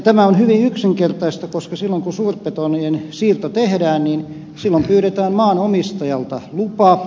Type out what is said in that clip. tämä on hyvin yksinkertaista koska silloin kun suurpetojen siirto tehdään pyydetään maanomistajalta lupa